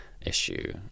issue